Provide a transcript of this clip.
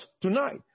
tonight